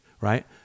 right